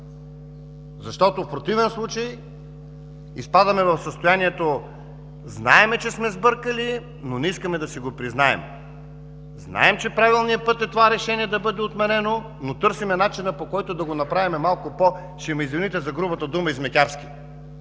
В противен случай изпадаме в състоянието: знаем, че сме сбъркали, но не искаме да си го признаем; знаем, че правилният път е това решение да бъде отменено, но търсим начина, по който да го направим малко по, ще ме извините за грубата дума, „измекярски“.